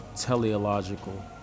teleological